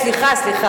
סליחה.